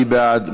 מי בעד?